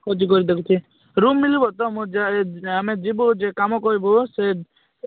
ଖୋଜିକରି ଦେଖୁଛି ରୁମ୍ ମିଳିବ ତ ଯାଏ ଆମେ ଯିବୁ ଯେ କାମ କହିବ ସେ